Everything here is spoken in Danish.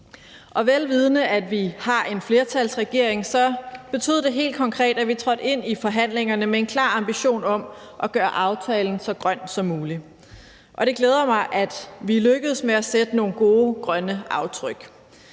Vel vidende at vi har en flertalsregering, betød det helt konkret, at vi trådte ind i forhandlingerne med en klar ambition om at gøre aftalen så grøn som muligt. Det glæder mig, at vi er lykkedes med at sætte nogle gode, grønne aftryk.